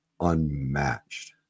unmatched